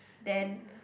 then